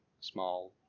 small